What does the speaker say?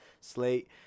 slate